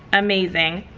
amazing,